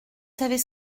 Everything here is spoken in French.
savez